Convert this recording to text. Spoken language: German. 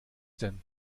denn